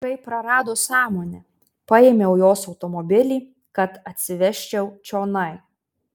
kai prarado sąmonę paėmiau jos automobilį kad atsivežčiau čionai